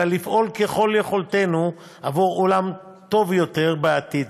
אלא לפעול ככל יכולתנו עבור עולם טוב יותר בעתיד.